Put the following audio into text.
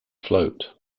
float